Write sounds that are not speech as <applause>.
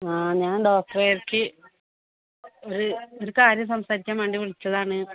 ആ ഞാൻ ഡോക്ടറെ <unintelligible> ഒരു കാര്യം സംസാരിക്കാൻ വേണ്ടി വിളിച്ചതാണ്